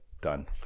done